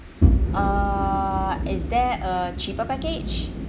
err is there a cheaper package